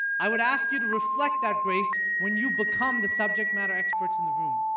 i would ask you to reflect that grace when you become the subject matter experts in the room.